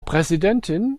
präsidentin